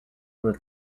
were